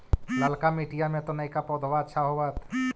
ललका मिटीया मे तो नयका पौधबा अच्छा होबत?